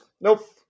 nope